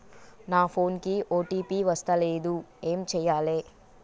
నా ఫోన్ కి ఓ.టీ.పి వస్తలేదు ఏం చేయాలే?